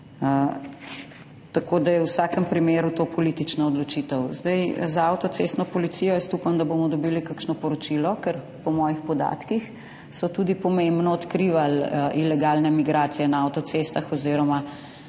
tako da je v vsakem primeru to politična odločitev. Zdaj za avtocestno policijo upam, da bomo dobili kakšno poročilo, ker so po mojih podatkih pomembno odkrivali tudi ilegalne migracije na avtocestah oziroma